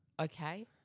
Okay